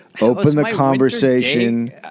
open-the-conversation